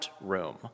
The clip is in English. room